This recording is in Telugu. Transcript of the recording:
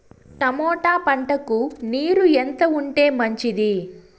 టమోటా పంటకు నీరు ఎంత ఉంటే మంచిది?